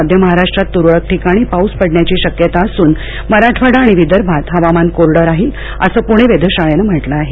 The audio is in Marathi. मध्य महाराष्ट्रात तुरळक ठिकाणी पाऊस पडण्याची शक्यता असून मराठवाडा आणि विदर्भात हवामान कोरडं राहील असं पुणे वेधशाळेनं म्हटलं आहे